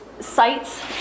sites